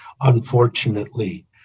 unfortunately